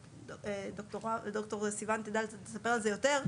וד"ר סיון תדע לספר על זה יותר,